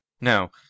No